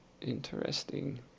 interesting